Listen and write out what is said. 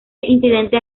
incidente